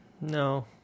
no